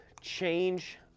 change